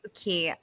Okay